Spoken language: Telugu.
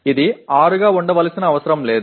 ఇది 6 గా ఉండవలసిన అవసరం లేదు